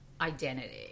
identity